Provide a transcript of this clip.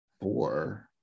four